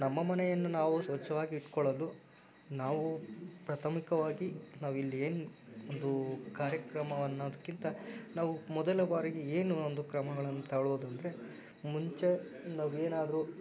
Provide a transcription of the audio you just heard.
ನಮ್ಮ ಮನೆಯನ್ನು ನಾವು ಸ್ವಚ್ಛವಾಗಿಟ್ಟುಕೊಳ್ಳಲು ನಾವು ಪ್ರಾಥಮಿಕವಾಗಿ ನಾವಿಲ್ಲೇನು ಒಂದು ಕಾರ್ಯಕ್ರಮ ಅನ್ನೋದಕ್ಕಿಂತ ನಾವು ಮೊದಲ ಬಾರಿಗೆ ಏನು ಒಂದು ಕ್ರಮಗಳನ್ನು ತೊಗೊಳ್ಳೋದೆಂದರೆ ಮುಂಚೆ ನಾವೇನಾದರೂ